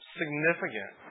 significant